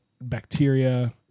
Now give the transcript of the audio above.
bacteria